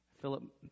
Philip